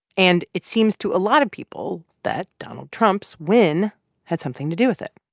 and it seems to a lot of people that donald trump's win had something to do with it